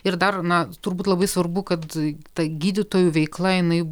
ir dar na turbūt labai svarbu kad ta gydytojų veikla jinai